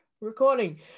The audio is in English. recording